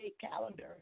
calendar